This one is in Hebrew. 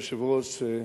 אדוני היושב-ראש,